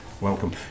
Welcome